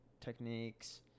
techniques